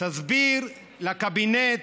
תסביר לקבינט